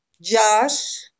Josh